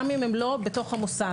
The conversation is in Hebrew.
גם אם הן לא בתוך המוסד.